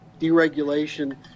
deregulation